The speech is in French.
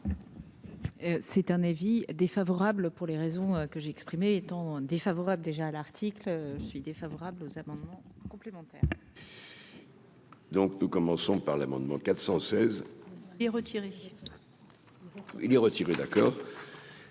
C'est un avis défavorable pour les raisons que j'ai exprimé étant défavorable, déjà à l'article je suis défavorable aux amendements complémentaires. Donc, nous commençons par l'amendement 416 et retiré il retiré d'accord.